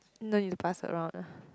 no you pass around eh